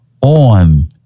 on